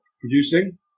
Producing